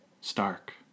Stark